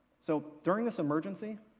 so during this emergency,